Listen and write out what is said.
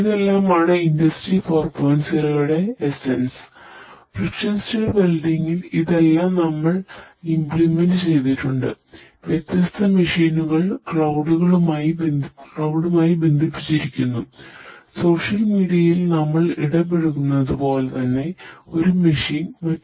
ഇതെല്ലാമാണ് ഇൻഡസ്ടറി 4